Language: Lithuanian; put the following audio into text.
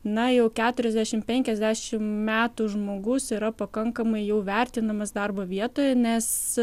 na jau keturiasdešimt penkiasdešimt metų žmogus yra pakankamai jau vertinamas darbo vietoje nes